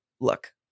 look